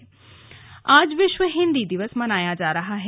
विश्व हिंदी दिवस आज विश्व हिंदी दिवस मनाया जा रहा है